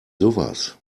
sowas